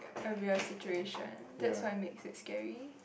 a real situation that's why makes it scary